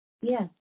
Yes